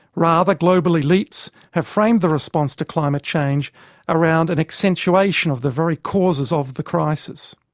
rather, global elites have framed the response to climate change around an accentuation of the very causes of the crisis.